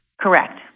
Correct